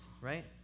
right